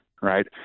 right